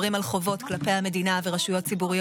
לפעול בקרירות ובנחישות'.